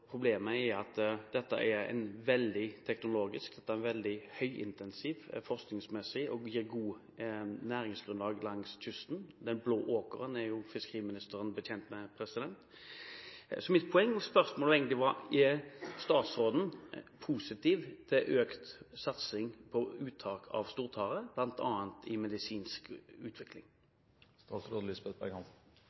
at dette er høyintensivt teknologisk og forskningsmessig og gir godt næringsgrunnlag langs kysten. «Den blå åker» er jo fiskeriministeren kjent med. Mitt spørsmål var egentlig: Er statsråden positiv til økt satsing på uttak av stortare, bl.a. i forbindelse med medisinsk utvikling?